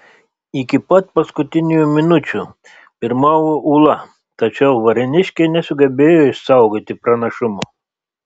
iki pat paskutiniųjų minučių pirmavo ūla tačiau varėniškiai nesugebėjo išsaugoti pranašumo